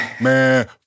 Man